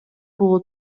боло